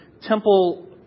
temple